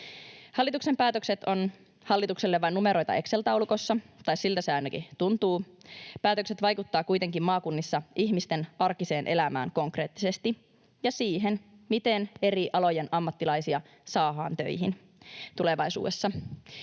Hallituksen päätökset ovat hallitukselle vain numeroita Excel-taulukossa, tai siltä se ainakin tuntuu. Päätökset vaikuttavat kuitenkin maakunnissa ihmisten arkiseen elämään konkreettisesti, ja siihen, miten eri alojen ammattilaisia saadaan töihin tulevaisuudessa